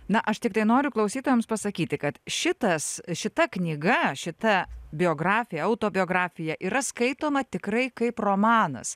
na aš tiktai noriu klausytojams pasakyti kad šitas šita knyga šita biografija autobiografija yra skaitoma tikrai kaip romanas